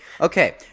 Okay